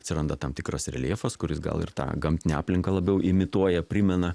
atsiranda tam tikras reljefas kuris gal ir tą gamtinę aplinką labiau imituoja primena